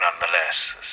nonetheless